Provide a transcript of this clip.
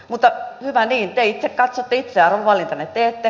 mutta hyvä niin te itse katsotte itse arvovalintanne teette